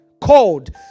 called